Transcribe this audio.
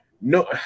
No